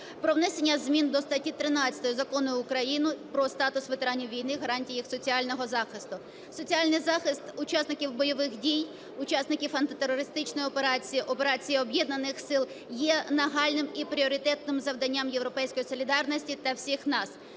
про внесення зміни до статті 13 Закону України "Про статус ветеранів війни, гарантії їх соціального захисту". Соціальний захист учасників бойових дій, учасників антитерористичної операції, операції Об'єднаних сил є нагальним і пріоритетним завданням "Європейської солідарності" та всіх нас.